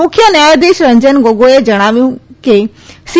મુખ્ય ન્યાયાધીશ રજન ગોગાઇએ જણાવ્યું કે સી